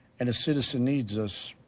and citizen needs us,